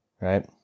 Right